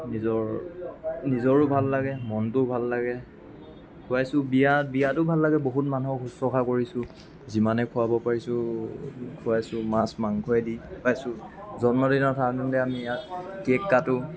নিজৰ নিজৰো ভাল লাগে মনটোও ভাল লাগে খুৱাইছোঁ বিয়া বিয়াতো ভাল লাগে বহুত মানুহক শুশ্ৰূষা কৰিছোঁ যিমানে খুৱাব পাৰিছোঁ খুৱাইছোঁ মাছ মাংসইদি খুৱাইছোঁ জন্মদিনত সাধাৰণতে আমি ইয়াত কেক কাটোঁ